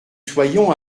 soyons